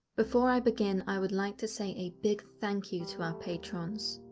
before i begin i would like to say a big thank you to our patrons.